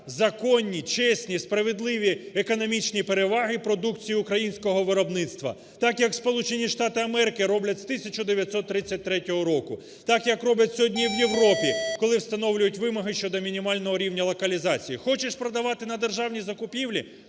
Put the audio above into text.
законні, чесні, справедливі, економічні переваги продукції українського виробництва. Так, як Сполучені Штати Америки роблять з 1933 року, так, як роблять сьогодні в Європі, коли встановлюють вимоги щодо мінімального рівня локалізації. Хочеш продавати на державні закупівлі